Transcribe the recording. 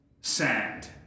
sand